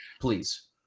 please